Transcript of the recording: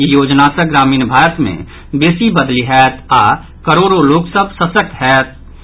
ई योजना सँ ग्रामीण भारत मे बेसी बदलि होयत आओर करोड़ो लोक सभ सशक्त होयताह